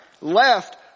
left